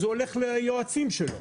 אז הוא הולך ליועצים שלו.